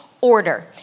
order